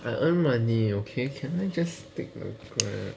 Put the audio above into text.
I earn money okay can I just take my grab